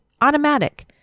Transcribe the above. Automatic